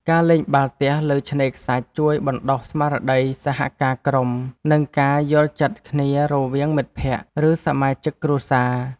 ការលេងបាល់ទះលើឆ្នេរខ្សាច់ជួយបណ្ដុះ ស្មារតីសហការជាក្រុម និងការយល់ចិត្តគ្នារវាងមិត្តភក្តិ ឬសមាជិកគ្រួសារ។